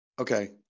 Okay